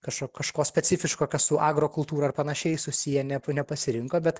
kažko kažko specifiško kas su agrokultūra ar panašiai susiję ne nepasirinko bet